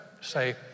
Say